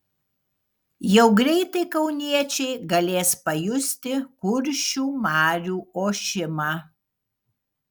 jau greitai kauniečiai galės pajusti kuršių marių ošimą